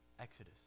Exodus